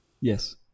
Yes